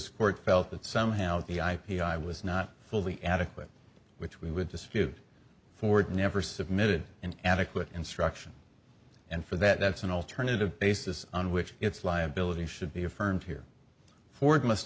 court felt that somehow the i p i was not fully adequate which we would dispute ford never submitted an adequate instruction and for that that's an alternative basis on which it's liability should be affirmed here for